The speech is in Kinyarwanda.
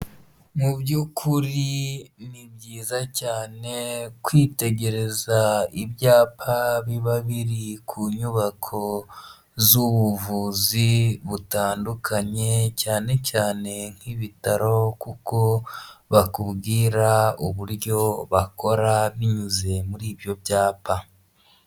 Mu by'ukuri ni byiza cyane kwitegereza ibyapa biba biri ku nyubako z'ubuvuzi butandukanye, cyane cyane nk'ibitaro; kuko bakubwira uburyo bakora binyuze muri ibyo byapa.